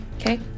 Okay